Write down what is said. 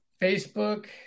Facebook